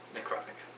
Necrotic